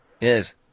Yes